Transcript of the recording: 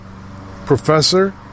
professor